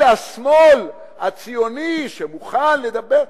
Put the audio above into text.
אלה השמאל הציוני שמוכן לדבר,